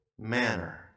manner